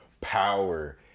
Power